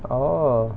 orh